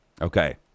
Okay